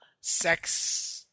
sex